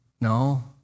No